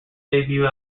debut